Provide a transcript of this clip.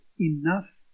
enough